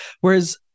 Whereas